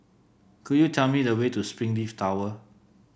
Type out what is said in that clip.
could you tell me the way to Springleaf Tower